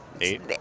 eight